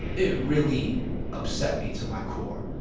it really upset me to my core.